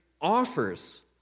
offers